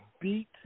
beat